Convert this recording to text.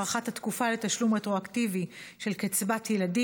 (הארכת התקופה לתשלום רטרואקטיבי של קצבת ילדים),